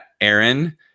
Aaron